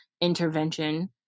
intervention